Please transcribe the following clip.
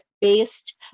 based